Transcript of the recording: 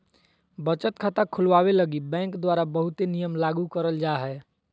बचत खाता खुलवावे लगी बैंक द्वारा बहुते नियम लागू करल जा हय